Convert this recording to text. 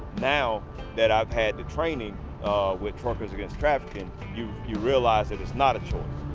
now that i've had the training with truckers against trafficking, you you realize that it's not a choice.